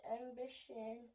ambition